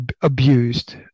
abused